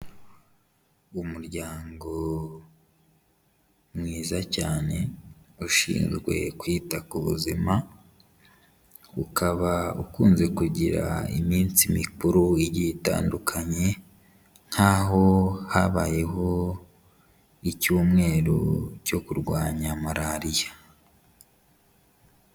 Umuryango mwiza cyane ushinzwe kwita ku buzima, ukaba ukunze kugira iminsi mikuru itandukanye, nkaho habayeho icyumweru cyo kurwanya malariya.